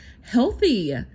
healthy